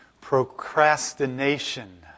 procrastination